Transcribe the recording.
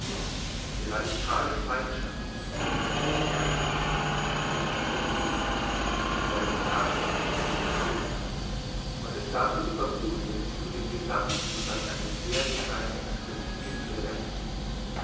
die radikale feindschaft die todfeindschaft gegen die sinnlichkeit bleibt ein nachdenkliches symptom man ist damit zu vermuthungen über den gesammt zustand eines dergestalt excessiven berechtigt